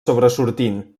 sobresortint